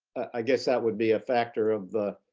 i guess that would be a factor of the